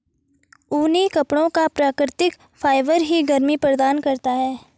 ऊनी कपड़ों का प्राकृतिक फाइबर ही गर्मी प्रदान करता है